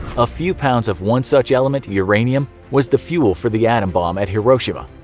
a few pounds of one such element, uranium, was the fuel for the atom bomb at hiroshima.